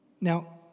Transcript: Now